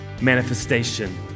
manifestation